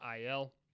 IL